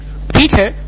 professor ठीक है